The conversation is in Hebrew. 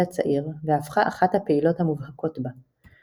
הצעיר והפכה אחת הפעילות המובהקות בה.